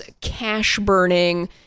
cash-burning